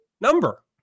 number